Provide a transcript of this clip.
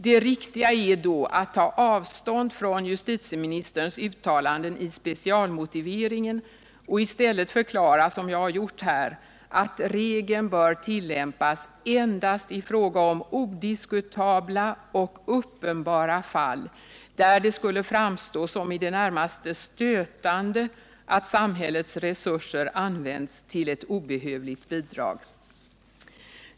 Det riktiga är då att ta avstånd från justitieministerns uttalanden i specialmotiveringen och i stället förklara, som jag har gjort här, att regeln bör tillämpas endast i fråga om odiskutabla och uppenbara fall, där det skulle framstå som i det närmaste stötande att samhällets resurser används till ett obehövligt bidrag.